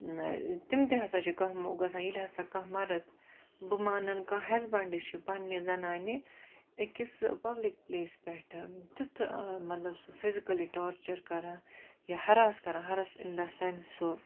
تِم تہِ ہَسا چھِ کانٛہہ موقعہٕ گَژھان ییٚلہِ ہَسا کانٛہہ مرٕد بہٕ مانَن کانٛہہ ہَسبنٛڈے چھُ پَننہِ زَنانہِ أکِس پَبلِک پُلیس پیٚٹھٕ تیُتھ مَطلَب سُہ فِزِکلی ٹارچَر کَران یا ہرٛاس کَران ہَرٛاس اِن دَ سیٚنس سُہ